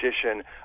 tradition